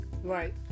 Right